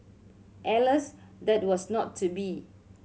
alas that was not to be